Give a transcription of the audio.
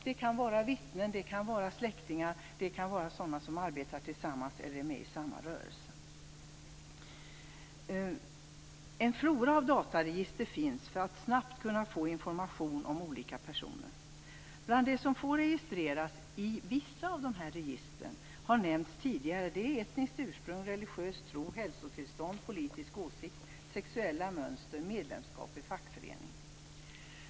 Det kan vara fråga om vittnen, släktingar eller människor som arbetar tillsammans eller är med i samma rörelse. En flora av dataregister finns för att snabbt kunna få information om olika personer. Bland det som får registreras i vissa av dessa register har nämnts tidigare, nämligen etniskt ursprung, religiös tro, hälsotillstånd, politisk åsikt, sexuella mönster och medlemskap i fackförening.